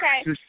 okay